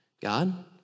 God